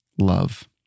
love